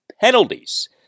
penalties